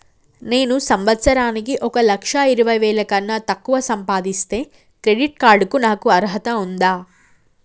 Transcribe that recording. నేను సంవత్సరానికి ఒక లక్ష ఇరవై వేల కన్నా తక్కువ సంపాదిస్తే క్రెడిట్ కార్డ్ కు నాకు అర్హత ఉందా?